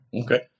okay